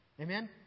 Amen